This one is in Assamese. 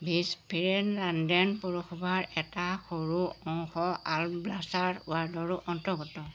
ভিজফিৰেনলাণ্ডেন পৌৰসভাৰ এটা সৰু অংশ আলব্লাছাৰ ৱাৰ্ডৰো অন্তৰ্গত